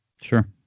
sure